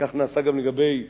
כך נעשה גם לגבי רמת-הגולן.